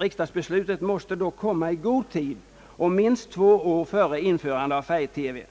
Riksdagsbeslutet måste dock komma i god tid och senast minst två år före införande av färg-TV.